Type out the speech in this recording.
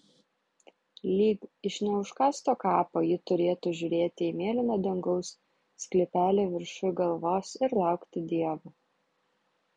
lyg iš neužkasto kapo ji turėtų žiūrėti į mėlyno dangaus sklypelį viršuj galvos ir laukti dievo